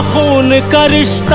the goddess'